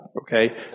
Okay